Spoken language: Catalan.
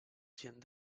gent